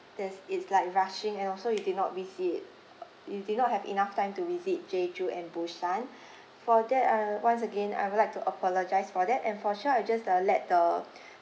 there's it's like rushing and also you did not visit uh you did not have enough time to visit jeju and busan for that uh once again I would like to apologise for that and for sure I just uh let the